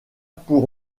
pour